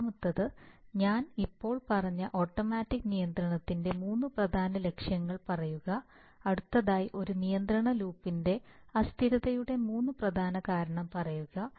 ഒന്നാമത്തേത് ഞാൻ ഇപ്പോൾ പറഞ്ഞ ഓട്ടോമാറ്റിക് നിയന്ത്രണത്തിന്റെ മൂന്ന് പ്രധാന ലക്ഷ്യങ്ങൾ പറയുക അടുത്തതായി ഒരു നിയന്ത്രണ ലൂപ്പിലെ അസ്ഥിരതയുടെ മൂന്ന് പ്രധാന കാരണം പറയുക